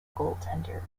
goaltender